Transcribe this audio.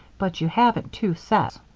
but you haven't two sets.